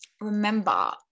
remember